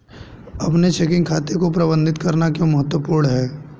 अपने चेकिंग खाते को प्रबंधित करना क्यों महत्वपूर्ण है?